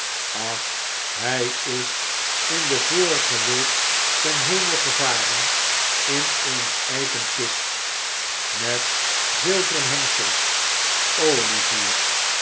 ach hij is in de vorige week ten hemel gevaren in eene eiken kist met zilveren hengsels olivier